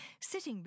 sitting